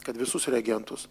kad visus reagentus